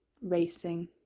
racing